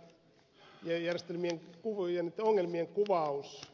terveydenhuollon tietojärjestelmien ja niitten ongelmien kuvaus